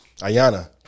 Ayana